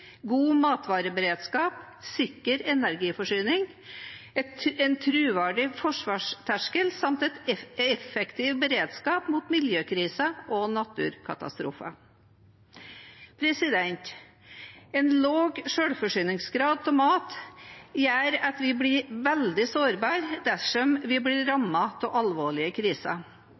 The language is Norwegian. god matvareberedskap, sikker energiforsyning, en troverdig forsvarsterskel samt en effektiv beredskap mot miljøkriser og naturkatastrofer. En lav selvforsyningsgrad av mat gjør at vi blir veldig sårbare dersom vi skulle bli rammet av alvorlige kriser.